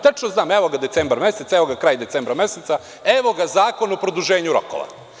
Tačno znam, evo ga decembar mesec, evo ga kraj decembra meseca, evo ga zakon o produženju rokova.